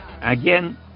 Again